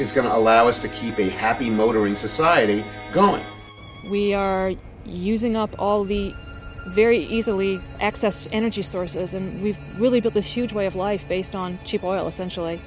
is going to allow us to keep a happy motoring society going we are using up all the very easily accessed energy sources and we've really built this huge way of life based on cheap oil essentially